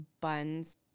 buns